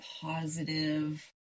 positive